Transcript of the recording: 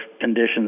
conditions